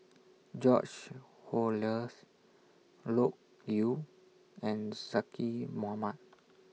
George Oehlers Loke Yew and Zaqy Mohamad